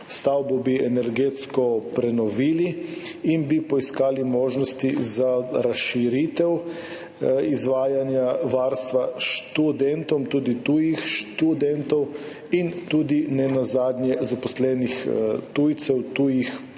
stavbo bi energetsko prenovili in bi poiskali možnosti za razširitev izvajanja varstva študentov, tudi tujih študentov in tudi nenazadnje zaposlenih tujcev, tujih